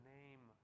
name